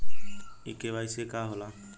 इ के.वाइ.सी का हो ला?